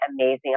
amazing